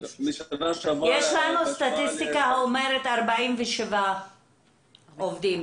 47. יש לנו סטטיסטיקה שאומרת ש-47 עובדים